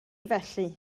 felly